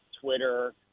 Twitter